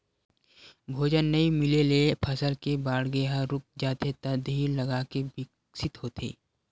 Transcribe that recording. भोजन नइ मिले ले फसल के बाड़गे ह रूक जाथे त धीर लगाके बिकसित होथे